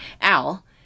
Al